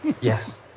Yes